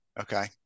okay